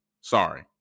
Sorry